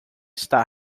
está